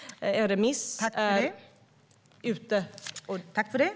En remissrunda som handlar om just detta är igång.